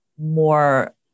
more